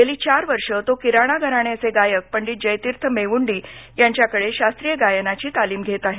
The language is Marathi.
गेली चार वर्षे तो किराणा घराण्याचे गायक पंडित जयतीर्थ मेवूंडी यांच्याकडे शास्त्रीय गायनाची तालीम घेत आहे